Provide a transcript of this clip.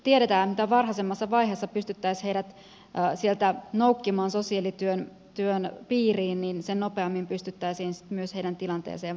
tiedetään että mitä varhaisemmassa vaiheessa pystyttäisiin heidät sieltä noukkimaan sosiaalityön piiriin niin sen nopeammin pystyttäisiin sitten myös heidän tilanteeseensa vaikuttamaan